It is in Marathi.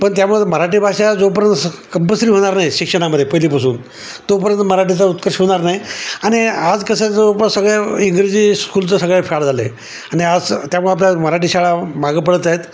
पण त्यामुळे मराठी भाषा जोपर्यंत स् कंपल्सरी होणार नाही शिक्षणामध्ये पहिलीपसून तोपर्यंत मराठीचा उत्कर्ष होणार नाही आणि आज कसं जवळपास सगळ्या इंग्रजी स्कूलचं सगळ फॅड झालं आहे आणि आज त्यामुळे आपल्या मराठी शाळा मागं पडत आहेत